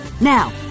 Now